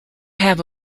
have